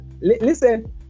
Listen